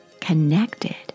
connected